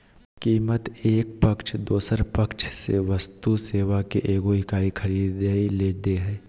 कीमत एक पक्ष दोसर पक्ष से वस्तु सेवा के एगो इकाई खरीदय ले दे हइ